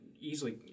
easily